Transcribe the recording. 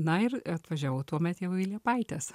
na ir atvažiavau tuomet jau į liepaites